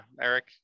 eric